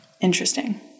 Interesting